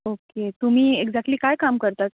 okay तुम्ही exactly काय काम करतात